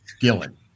Gillen